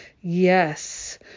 Yes